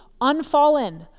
unfallen